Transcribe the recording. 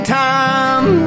time